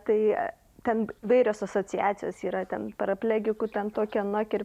tai ten įvairios asociacijos yra ten paraplegikų ten tokia anokia